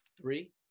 Three